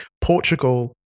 Portugal